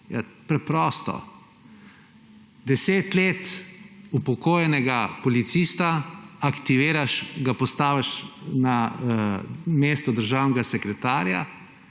Preprosto, 10 let upokojenega policista aktiviraš, ga postaviš na mesto državnega sekretarja,